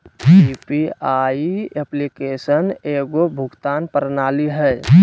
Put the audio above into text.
UPI application एगो भुगतान प्रणाली हइ